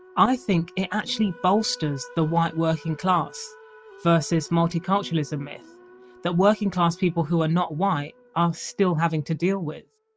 i think it actually bolsters the white working class versus multiculturalism myth that working class people who are not white are still having to deal with